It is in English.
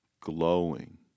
glowing